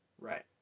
Right